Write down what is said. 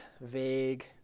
vague